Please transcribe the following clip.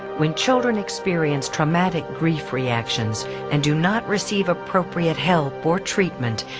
when children experiences traumatic grief reactions and do not receive appropriate help or treatment,